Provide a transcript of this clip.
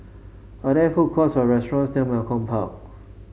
are there food courts or restaurants tear Malcolm Park